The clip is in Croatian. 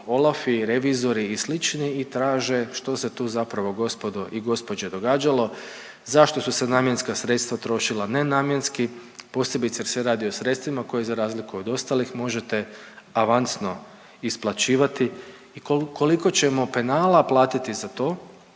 Olafi, revizori i slični i traže što se tu zapravo gospodo i gospođe događalo, zašto su se namjenska sredstva trošila nenamjenski posebice jer se radi o sredstvima koji za razliku od ostalih možete avansno isplaćivati i koliko ćemo penala platiti za to.